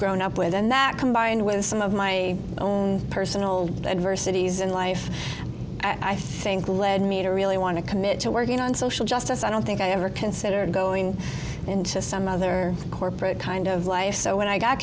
grown up with and that combined with some of my own personal adversities in life i think led me to really want to commit to working on social justice i don't think i ever considered going into some other corporate kind of life so when i got